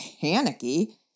panicky